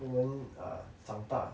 我们 err 长大